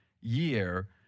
year –